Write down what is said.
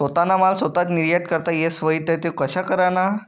सोताना माल सोताच निर्यात करता येस व्हई ते तो कशा कराना?